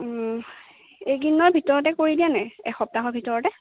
এইকেইদিনৰ ভিতৰতে কৰি দিয়ানে এসপ্তাহৰ ভিতৰতে